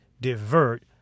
divert